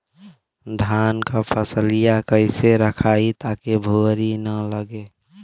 धान क फसलिया कईसे रखाई ताकि भुवरी न लगे?